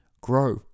grow